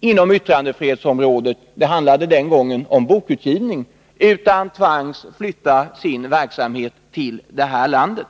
inom yttrandefrihetsområdet — det handlade den gången om bokutgivning — utan tvangs flytta sin verksamhet till Sverige.